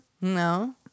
No